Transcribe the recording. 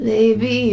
Baby